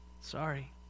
Sorry